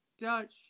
Dutch